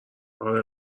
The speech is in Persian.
اره